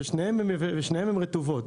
ששתיהן רטובות.